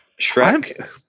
Shrek